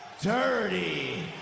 dirty